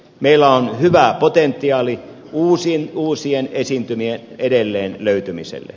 meillä on hyvä potentiaali uusien esiintymien edelleen löytymiselle